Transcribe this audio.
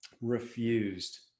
refused